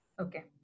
okay